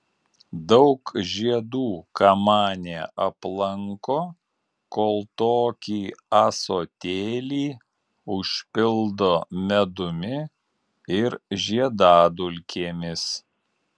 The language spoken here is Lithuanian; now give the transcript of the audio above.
daug žiedų kamanė aplanko kol tokį ąsotėlį užpildo medumi ir žiedadulkėmis